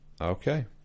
okay